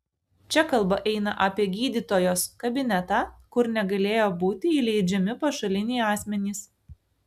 čia kalba eina apie gydytojos kabinetą kur negalėjo būti įleidžiami pašaliniai asmenys